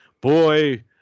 boy